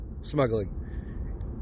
smuggling